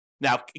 Now